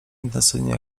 intensywnie